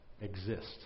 exist